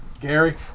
Gary